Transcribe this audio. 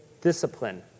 discipline